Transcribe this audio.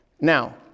Now